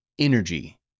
Energy